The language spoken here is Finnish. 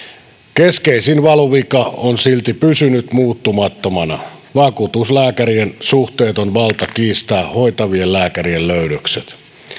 keskeisin valuvika on silti pysynyt muuttumattomana vakuutuslääkärien suhteeton valta kiistää hoitavien lääkärien löydökset